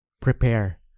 Prepare